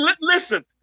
Listen